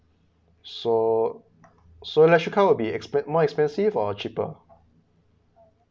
so so electric car will be expens~ more expensive or cheaper